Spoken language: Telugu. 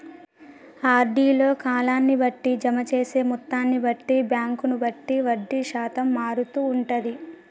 ఆర్డీ లో కాలాన్ని బట్టి, జమ చేసే మొత్తాన్ని బట్టి, బ్యాంకును బట్టి వడ్డీ శాతం మారుతూ ఉంటది